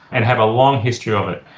and have a long history of it.